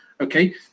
okay